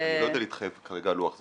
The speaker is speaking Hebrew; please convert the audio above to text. אני לא יודע להתחייב כרגע על לוח זמנים.